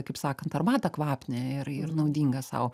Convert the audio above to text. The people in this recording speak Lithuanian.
kaip sakant arbatą kvapnią ir ir naudingą sau